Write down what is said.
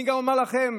אני אומר גם לכם,